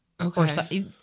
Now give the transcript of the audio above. Okay